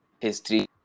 history